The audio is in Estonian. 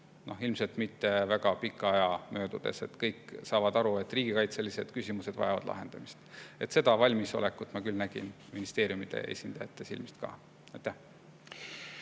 ilmselt mitte väga pika aja möödudes, sest kõik saavad aru, et riigikaitselised küsimused vajavad lahendamist. Seda valmisolekut ma nägin ministeeriumide esindajate silmis ka.